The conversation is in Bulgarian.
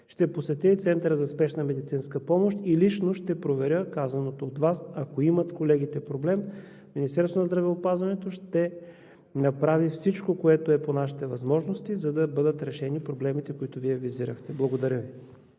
Ще посетя и Центъра за спешна медицинска помощ и лично ще проверя казаното от Вас. Ако колегите имат проблем, Министерството на здравеопазването ще направи всичко, което е по нашите възможности, за да бъдат решени проблемите, които Вие визирахте. Благодаря Ви.